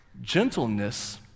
Gentleness